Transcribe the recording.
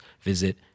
visit